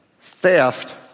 Theft